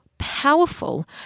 powerful